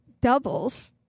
doubles